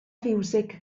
fiwsig